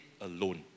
alone